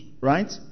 right